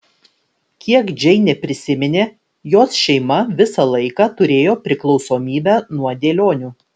kiek džeinė prisiminė jos šeima visą laiką turėjo priklausomybę nuo dėlionių